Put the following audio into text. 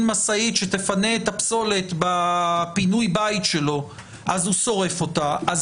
משאית שתפנה את הפסולת בפינוי הבית שלו הוא שורף אותה,